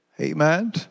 Amen